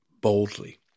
boldly